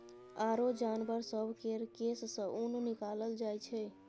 आरो जानबर सब केर केश सँ ऊन निकालल जाइ छै